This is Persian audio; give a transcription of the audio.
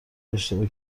اشتباه